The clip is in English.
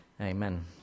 Amen